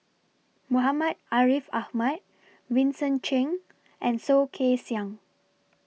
Muhammad Ariff Ahmad Vincent Cheng and Soh Kay Siang